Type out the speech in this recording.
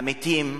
המתים.